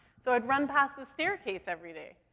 so i'd run past this staircase everyday.